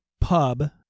pub